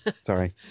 sorry